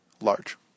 large